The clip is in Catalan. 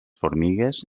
formigues